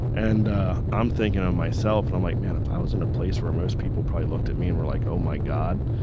and ah i'm thinking of myself, i'm like, man, if i was in a place where most people probably looked at me and were like, oh my god.